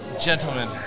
gentlemen